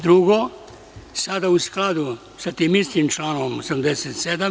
Drugo, sada u skladu sa tim istim članom 87.